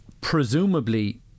Presumably